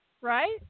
Right